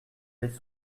les